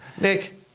Nick